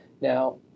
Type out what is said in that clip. Now